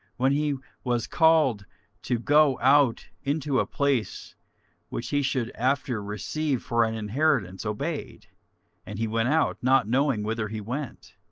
when he was called to go out into a place which he should after receive for an inheritance, obeyed and he went out, not knowing whither he went.